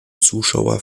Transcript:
zuschauer